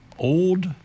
old